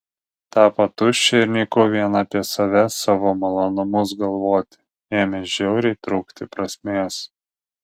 tapo tuščia ir nyku vien apie save savo malonumus galvoti ėmė žiauriai trūkti prasmės